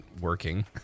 working